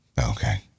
Okay